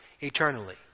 eternally